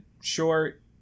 short